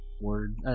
word